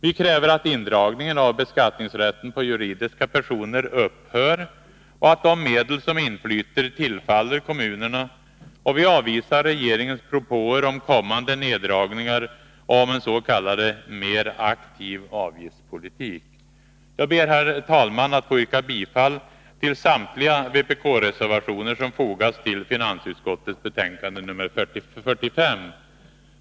Vi kräver att indragningen av beskattningsrätten på juridiska personer upphör och att de medel som inflyter tillfaller kommunerna, och vi avvisar regeringens propåer om kommande neddragningar och om en s.k. mer aktiv avgiftspolitik. Jag ber, herr talman, att få yrka bifall till samtliga vpk-reservationer som fogats till finansutskottets betänkande nr 45.